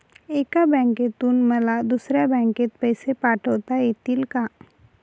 एका बँकेतून मला दुसऱ्या बँकेत पैसे पाठवता येतील का?